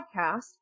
podcast